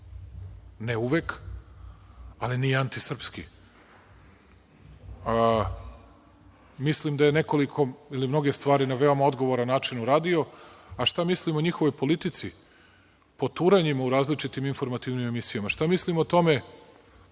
ne uvek, ali nije antisrpski. Mislim da je nekoliko ili mnoge stvari na veoma odgovoran način uradio. A šta mislim o njihovoj politici, poturanjima u različitim informativnim emisijama? Šta mislim o tome